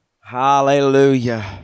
Hallelujah